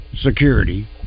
Security